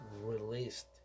released